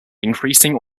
increasing